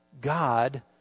God